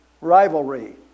rivalry